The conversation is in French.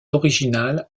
original